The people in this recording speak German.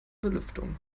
belüftung